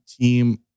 team